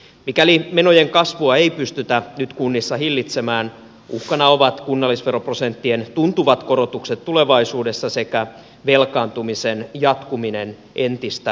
mikäli menojen kasvua ei pystytä nyt kunnissa hillitsemään uhkana ovat kunnallisveroprosenttien tuntuvat korotukset tulevaisuudessa sekä velkaantumisen jatkuminen entistä nopeampana